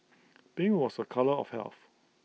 pink was A colour of health